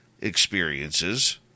experiences